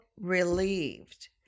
relieved